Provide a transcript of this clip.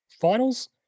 finals